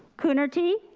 coonerty.